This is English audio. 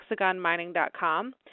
hexagonmining.com